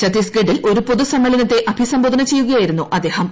ഛത്തീസ്ഗഡിൽ ഒരു പൊതുസമ്മേളനത്തെ അഭിസംബോധന ചെയ്യുകയായിരുന്നു അദ്ദേഹം